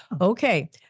Okay